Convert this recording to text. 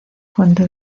fuente